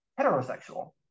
heterosexual